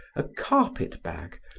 a carpet bag,